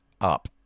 up